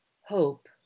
Hope